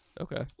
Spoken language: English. okay